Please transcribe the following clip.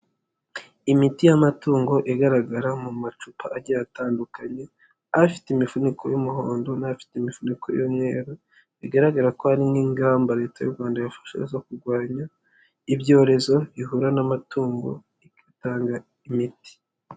Imiti y'amatungo igaragara mu macupa agiye atandukanye, afite imifuniko y'umuhondo n'abafite imifuniko y'umweru, bigaragara ko hari n'ingamba leta y'u Rwanda yasha zo kurwanya, ibyorezo bihura n'amatungo, igatanga imiti.